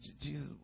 Jesus